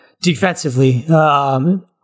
defensively